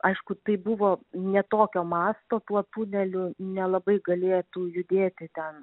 aišku tai buvo ne tokio masto tuo tuneliu nelabai galėtų judėti ten